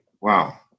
wow